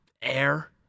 air